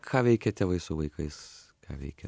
ką veikia tėvai su vaikais ką veikia